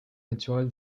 naturel